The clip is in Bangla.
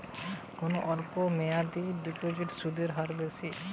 কোন অল্প মেয়াদি ডিপোজিটের সুদের হার বেশি?